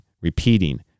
repeating